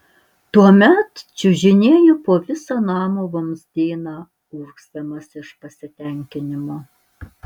tuomet čiuožinėju po visą namo vamzdyną urgzdamas iš pasitenkinimo